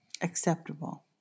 Acceptable